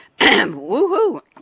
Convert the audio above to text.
Woohoo